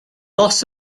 loss